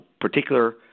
particular